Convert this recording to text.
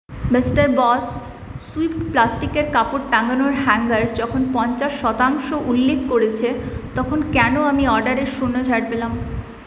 mister boss Swift প্লাস্টিকের কাপড় টাঙানোর হ্যাঙ্গার যখন পঞ্চাশ শতাংশ উল্লেখ করেছে তখন কেন আমি অর্ডারে শূন্য ছাড় পেলাম